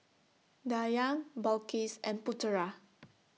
Dayang Balqis and Putera